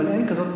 אבל אין כזאת,